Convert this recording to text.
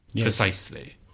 precisely